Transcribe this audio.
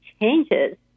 changes